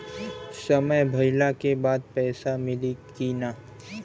समय भइला के बाद पैसा मिली कि ना?